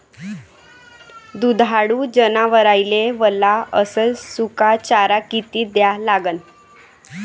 दुधाळू जनावराइले वला अस सुका चारा किती द्या लागन?